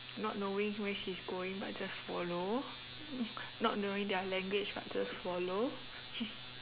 not knowing where she is going but just follow not knowing their language but just follow